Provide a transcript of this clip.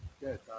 good